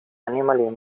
animalien